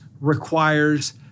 requires